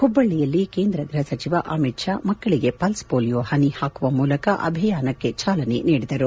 ಹುಬ್ಲಳ್ಳಿಯಲ್ಲಿ ಕೇಂದ್ರ ಗೃಹ ಸಚಿವ ಅಮಿತ್ ಷಾ ಮಕ್ಕಳಿಗೆ ಪಲ್ಸ್ ಪೋಲಿಯೊ ಲಸಿಕೆ ಹಾಕುವ ಮೂಲಕ ಅಭಿಯಾನಕ್ಕೆ ಚಾಲನೆ ನೀಡಿದರು